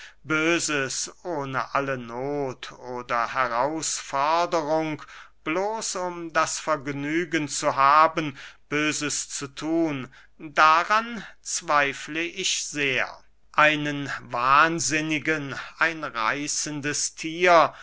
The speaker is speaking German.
böses ohne alle noth oder herausforderung bloß um das vergnügen zu haben böses zu thun daran zweifle ich sehr einen wahnsinnigen ein reißendes thier